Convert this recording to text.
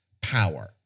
power